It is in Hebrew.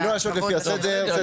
-- לפי הסדר.